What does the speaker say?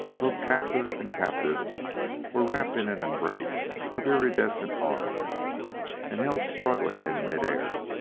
both captor and captive were wrapped in an embrace of iridescent arms and held struggling in mid-air,